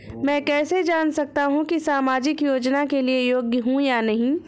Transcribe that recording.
मैं कैसे जान सकता हूँ कि मैं सामाजिक योजना के लिए योग्य हूँ या नहीं?